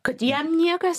kad jam niekas nebepadės